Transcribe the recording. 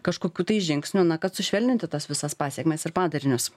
kažkokių tai žingsnių na kad sušvelninti tas visas pasekmes ir padarinius